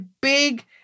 big